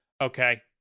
okay